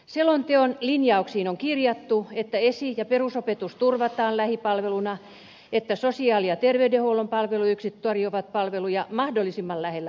selonteon linjauksiin on kirjattu että esi ja perusopetus turvataan lähipalveluna ja että sosiaali ja terveydenhuollon palveluyksiköt tarjoavat palveluja mahdollisimman lähellä asiakasta